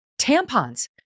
tampons